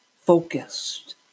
focused